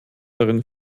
darin